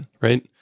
right